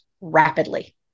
rapidly